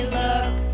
look